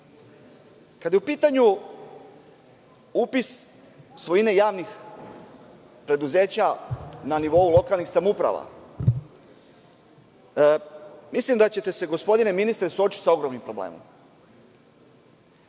suda. Kada je u pitanju upis javnih preduzeća na nivou lokalnih samouprava, mislim da ćete se, gospodine ministre, suočiti sa ogromnim problemom.